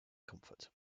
comfort